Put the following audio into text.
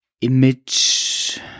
image